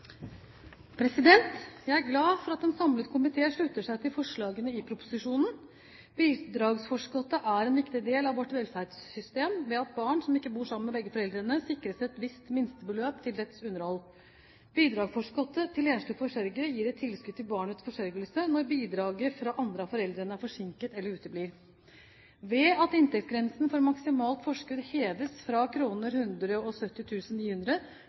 2001». Jeg er glad for at en samlet komité slutter seg til forslagene i proposisjonen. Bidragsforskuddet er en viktig del av vårt velferdssystem ved at barn som ikke bor sammen med begge foreldrene, sikres et visst minstebeløp til dets underhold. Bidragsforskuddet til enslige forsørgere gir et tilskudd til barnets forsørgelse når bidraget fra den andre av foreldrene er forsinket eller uteblir. Ved at inntektsgrensen for maksimalt forskudd heves fra